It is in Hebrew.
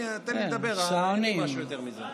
אדוני היושב-ראש, כנסת נכבדה,